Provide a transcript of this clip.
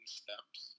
steps